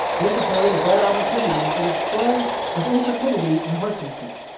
this afforded a better opportunity for the display of intrepidity and horsemanship.